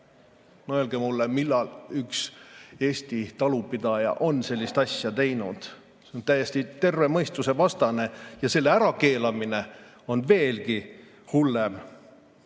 Öelge mulle, millal üks Eesti talupidaja on sellist asja teinud. See on täiesti terve mõistuse vastane ja selle ärakeelamine on veelgi hullem.